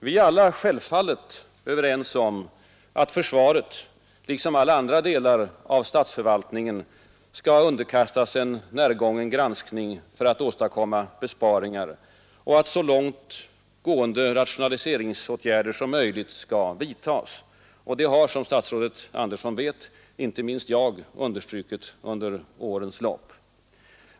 Vi är självfallet alla överens om att försvaret liksom alla andra delar av statsförvaltningen skall underkastas en närgången granskning för att åstadkomma besparingar och att så långt gående rationaliseringsåtgärder som möjligt skall vidtas. Det har, som statsrådet Andersson vet, inte minst jag understrukit under årens lopp.